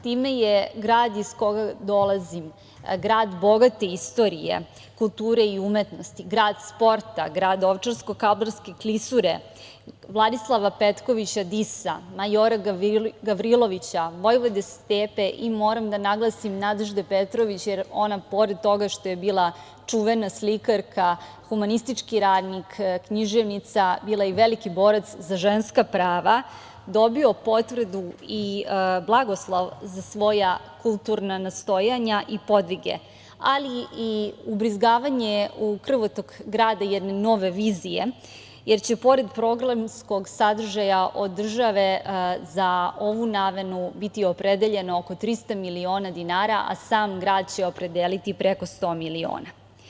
Time je grad iz koga dolazim, grad bogate istorije, kulture i umetnosti, grad sporta, grad Ovčarsko-kablarske klisure, Vladislava Petkovića Disa, majora Gavrilovića, Vojvode Stepe i moram da naglasim Nadežde Petrović, jer ona, pored toga što je bila čuvena slikarka, humanistički radnik, književnica, bila je i veliki borac za ženska prava, dobio potvrdu i blagoslov za svoja kulturna nastojanja i podvige, ali i ubrizgavanje u krvotok grada jedne nove vizije, jer će, pored programskog sadržaja, od države za ovu namenu biti opredeljena oko 300 miliona dinara, a sam grad će opredeliti preko 100 miliona.